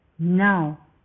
Now